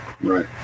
Right